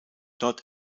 dort